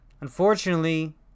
unfortunately